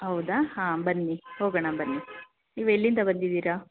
ಹೌದಾ ಹಾಂ ಬನ್ನಿ ಹೋಗೋಣ ಬನ್ನಿ ನೀವೆಲ್ಲಿಂದ ಬಂದಿದ್ದೀರಾ